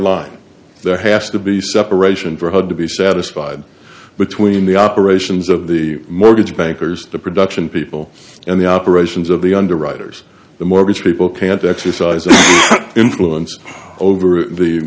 line there has to be separation for hud to be satisfied between the operations of the mortgage bankers the production people and the operations of the underwriters the mortgage people can't exercise influence over the